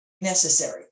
necessary